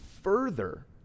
further